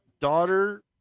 daughter